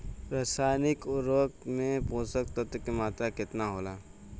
रसायनिक उर्वरक मे पोषक तत्व के मात्रा केतना होला?